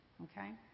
Okay